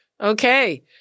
Okay